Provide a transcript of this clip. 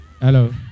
Hello